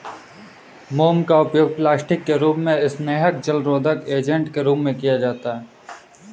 मोम का उपयोग प्लास्टिक के रूप में, स्नेहक, जलरोधक एजेंट के रूप में किया जाता है